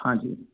हाँ जी